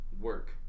work